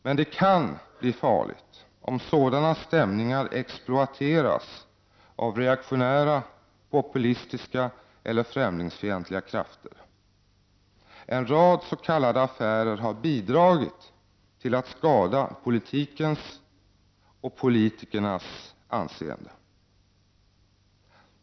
Men det kan bli farligt om sådana stämningar exploateras av reaktionära, populistiska eller främlingsfientliga krafter. En rad s.k. affärer har bidragit till att skada politikens och politikernas anseende.